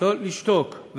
לא לשתוק,